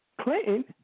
Clinton